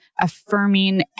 affirming